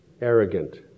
arrogant